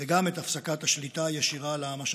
וגם את הפסקת השליטה הישירה על העם השכן.